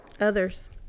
others